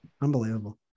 Unbelievable